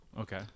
Okay